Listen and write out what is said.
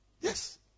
yes